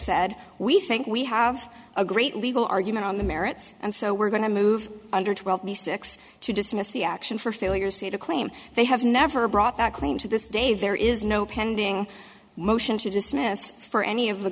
said we think we have a great legal argument on the merits and so we're going to move under twelve mystics to dismiss the action for failure say to claim they have never brought that claim to this day there is no pending motion to dismiss for any of the